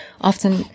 often